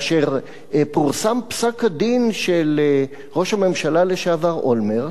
כשפורסם פסק-הדין של ראש הממשלה לשעבר אולמרט,